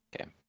Okay